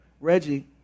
Reggie